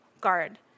guard